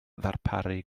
ddarparu